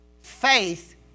faith